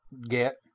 Get